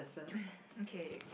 okay